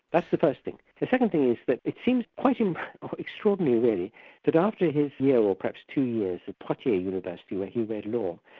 that's the first thing. the second thing is that but it seems quite um extraordinary really that after his year, or perhaps two years at poitiers university where he read law,